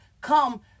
come